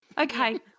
Okay